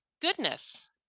goodness